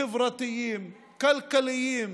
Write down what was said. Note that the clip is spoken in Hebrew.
חברתיים וכלכליים